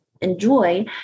enjoy